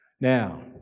Now